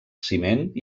ciment